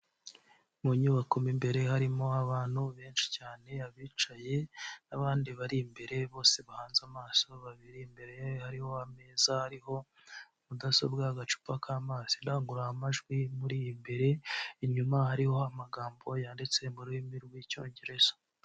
Mu nyubako mo imbere harimo abantu benshi cyane abicaye n'abandi bari imbere bose bahanze amaso babiri, imbere hariho ameza hariho mudasobwa agacupa k'amazi indangururamajwi imuri imbere inyuma hariho amagambo yanditse mu rurimi rw'icyongereza.